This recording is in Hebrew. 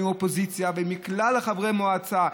מאופוזיציה ומכלל חברי מועצה,